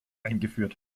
eingeführt